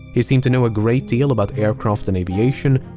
he seemed to know a great deal about aircraft and aviation.